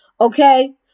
Okay